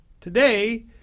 Today